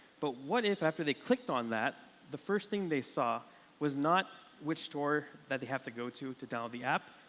but what if after they clicked on that the first thing they saw was not which store that they have to go to to download the app,